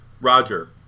Roger